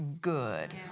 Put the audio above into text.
good